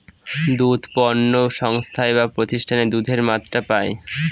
দুধ পণ্য সংস্থায় বা প্রতিষ্ঠানে দুধের মাত্রা পায়